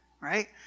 right